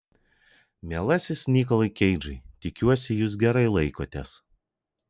mielasis nikolai keidžai tikiuosi jūs gerai laikotės